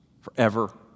forever